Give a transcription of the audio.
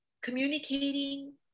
communicating